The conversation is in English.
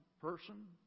person